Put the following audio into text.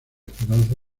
esperanza